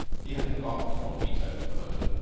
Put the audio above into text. he had forgotten bombito for the moment.